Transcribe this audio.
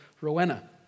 Rowena